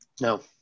No